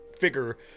figure